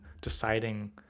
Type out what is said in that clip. deciding